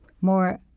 more